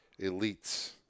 elites